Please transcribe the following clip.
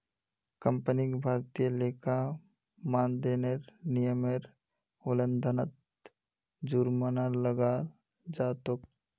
कंपनीक भारतीय लेखा मानदंडेर नियमेर उल्लंघनत जुर्माना लगाल जा तेक